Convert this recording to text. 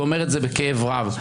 ואומר את זה בכאב רב.